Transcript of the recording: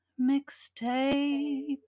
mixtape